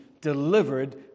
delivered